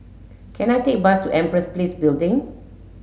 can I take a bus to Empress Place Building